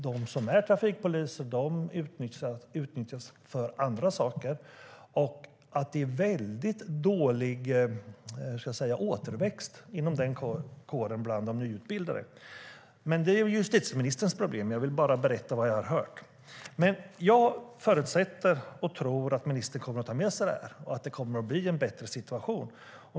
De trafikpoliser som finns nyttjas i stället för andra saker, och det är väldigt dålig återväxt inom den här kåren bland de nyutbildade. Det är dock justitieministerns problem; jag ville bara berätta vad jag har hört. Jag förutsätter och tror att ministern kommer att ta med sig det här och att det kommer att bli en bättre situation.